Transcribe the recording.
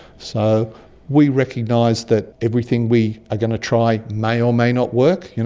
so we recognise that everything we are going to try may or may not work. you know